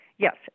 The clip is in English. Yes